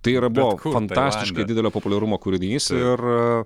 tai yra buvo fantastiškai didelio populiarumo kūrinys ir